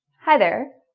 hi there,